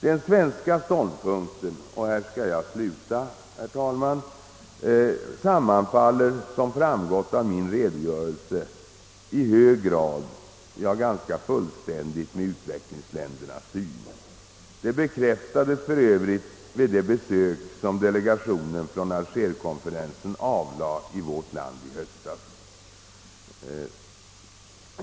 Den svenska ståndpunkten sammanfaller som framgått av min redogörelse i hög grad, ja ganska fullständigt, med utvecklingsländernas syn. Det bekräftades för övrigt vid det besök som delegationen från Alger-konferensen avlade i vårt land i höstas.